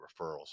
referrals